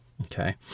okay